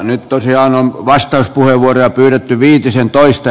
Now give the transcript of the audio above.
nyt tosiaan on vastauspuheenvuoroja pyydetty viitisentoista